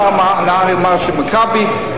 השר נהרי אמר ש"מכבי".